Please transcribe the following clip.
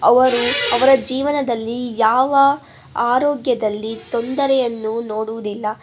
ಅವರು ಅವರ ಜೀವನದಲ್ಲಿ ಯಾವ ಆರೋಗ್ಯದಲ್ಲಿ ತೊಂದರೆಯನ್ನು ನೋಡುವುದಿಲ್ಲ